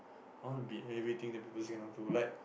I want to be everything that people say cannot do like